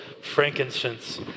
frankincense